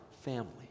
family